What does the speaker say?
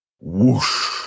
whoosh